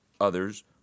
others